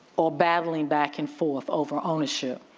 or battling back and forth over ownership.